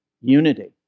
Unity